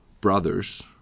brothers